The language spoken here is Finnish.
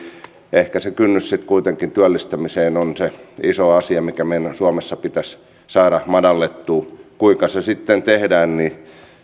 ehkä se kynnys työllistämiseen on kuitenkin se iso asia mikä meidän suomessa pitäisi saada madallettua kuinka se sitten tehdään